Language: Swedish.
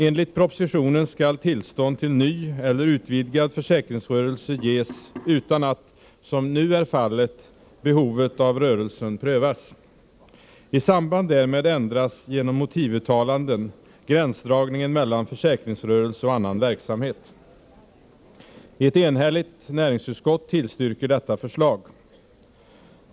Enligt propositionen skall tillstånd till ny eller utvidgad försäkringsrörelse ges utan att — som nu är fallet —behovet av rörelsen prövas. I samband därmed ändras genom motivuttalanden gränsdragningen mellan försäkringsrörelse och annan verksamhet. Ett enhälligt näringsutskott tillstyrker detta förslag.